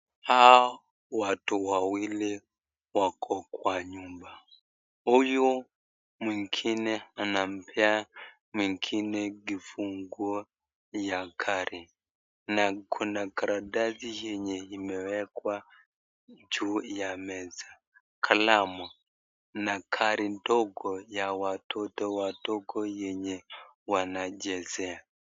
Hao watu wawili wako kwa nyumba. Huyu mwingine anampea mwingine kifunguu ya gari na kuna karatasi yenye imewekwa juu ya meza, kalamu na gari ndogo ya watoto wadogo yenye wanachezea.